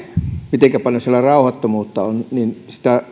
mitenkä paljon siellä rauhattomuutta on niin